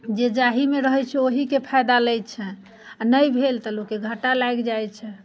जे जाहिमे रहैत छै ओ ओहिके फायदा लैत छै आ नहि भेल तऽ लोककेँ घाटा लागि जाइत छै